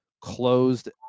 closed